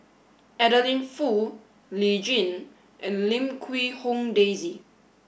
Adeline Foo Lee Tjin and Lim Quee Hong Daisy